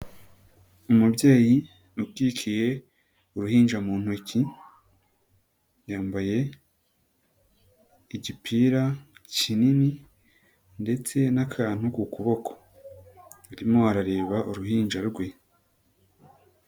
Umubyeyi utwikiye uruhinja mu ntoki, yambaye igipira kinini ndetse n'akantu ku kuboko, arimo arareba uruhinja rwe.